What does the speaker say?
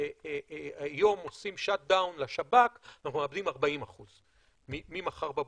היום עושים shutdown לשב"כ אנחנו מאבדים 40% ממחר בבוקר.